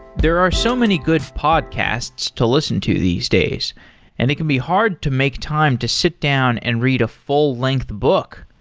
there are so many good podcasts to listen to these days and it can be hard to make time to sit down and read a full-length book,